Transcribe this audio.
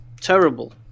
terrible